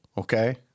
Okay